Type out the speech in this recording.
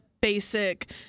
basic